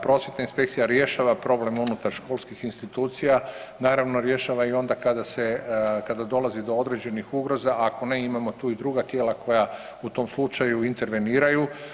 Prosvjetna inspekcija rješava problem unutar školskih institucija, naravno rješava i onda kada dolazi do određenih ugroza, ako ne imamo tu i druga tijela u tom slučaju interveniraju.